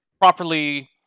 properly